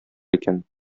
икән